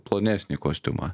plonesnį kostiumą